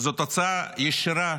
זאת תוצאה ישירה